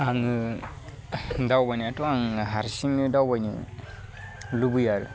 आङो दावबायनायाथ' आं हारसिंनो दावबायनो लुबैयो आरो